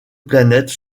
planète